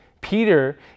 Peter